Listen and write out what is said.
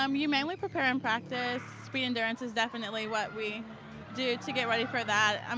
um you mainly prepare in practice, speed endurance is definitely what we do to get ready for that. um